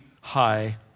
high